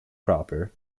proper